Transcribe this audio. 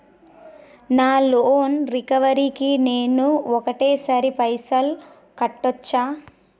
నా loan recovery కి నేను ఒకటేసరి పైసల్ కట్టొచ్చా?